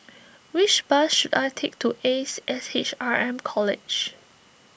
which bus should I take to Ace S H R M College